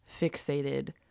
fixated